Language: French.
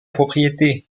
propriété